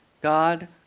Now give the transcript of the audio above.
God